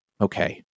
okay